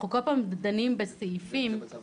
אנחנו כל פעם דנים בסעיפים --- זה קשור לצו השני.